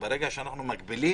אלא שאלה רוחבית.